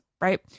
right